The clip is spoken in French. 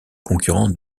concurrent